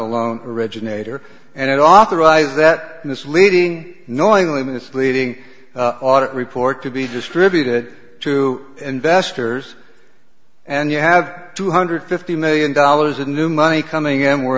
a loan originator and it authorize that misleading knowingly misleading audit report to be distributed to investors and you have two hundred fifty million dollars in new money coming in where